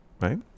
right